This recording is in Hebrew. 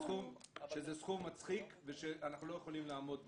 שזה סכום מצחיק ואנחנו לא יכולים לעמוד בו.